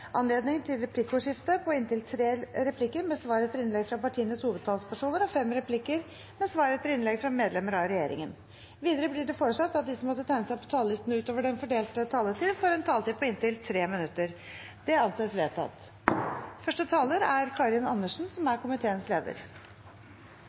anledning til replikkordskifte på inntil tre replikker med svar etter innlegg fra partienes hovedtalspersoner, og fem replikker med svar etter innlegg fra medlemmer av regjeringen. Videre blir det foreslått at de som måtte tegne seg på talerlisten utover den fordelte taletid, får en taletid på inntil 3 minutter. – Det anses vedtatt.